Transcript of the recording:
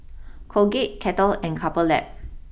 Colgate Kettle and Couple Lab